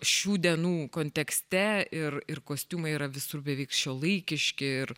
šių dienų kontekste ir ir kostiumai yra visur beveik šiuolaikiški ir